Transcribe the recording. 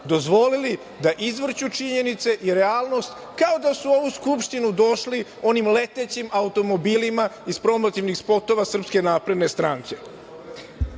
dozvolili da izvrću činjenice i realnost, kao da su u ovu Skupštinu došli onim letećim automobilima iz promotivnih spotova SNS. Tako je